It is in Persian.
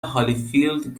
هالیفیلد